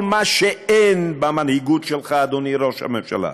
היא כל מה שאין במנהיגות שלך, אדוני ראש הממשלה.